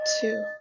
Two